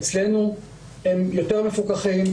אצלנו הם יותר מפוקחים,